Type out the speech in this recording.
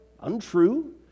untrue